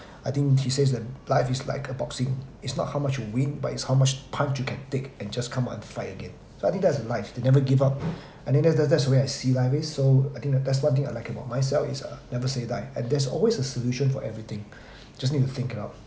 I think he says that life is like a boxing is not how much you win but is how much punch you can take and just come out and fight again so I think that is life the never give up I think that that that's the way I see life is so I think that's one thing I like about myself is uh never say die and there's always a solution for everything just need to think it out